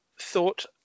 thought